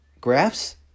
graphs